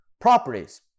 properties